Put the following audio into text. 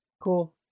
cool